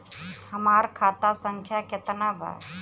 हमार खाता संख्या केतना बा?